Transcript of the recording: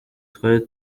twari